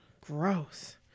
Gross